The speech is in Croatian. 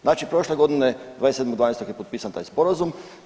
Znači prošle godine 27.12. je potpisan taj sporazum.